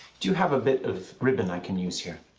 do you have a bit of ribbon i can use here?